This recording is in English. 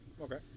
Okay